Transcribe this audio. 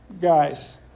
Guys